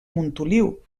montoliu